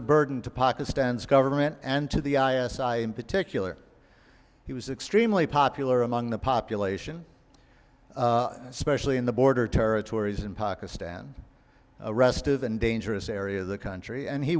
a burden to pakistan's government and to the i s i in particular he was extremely popular among the population especially in the border territories in pakistan a restive and dangerous area of the country and he